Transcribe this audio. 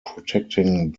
protecting